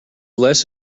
less